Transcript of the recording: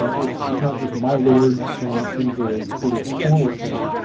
it's it's not just my lord in the sort of formal sense,